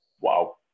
wow